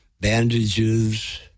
bandages